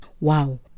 Wow